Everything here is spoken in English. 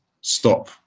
stop